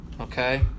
okay